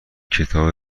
کتاب